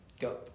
Go